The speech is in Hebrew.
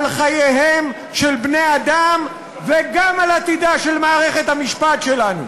חייהם של בני-האדם וגם עתידה של מערכת המשפט שלנו.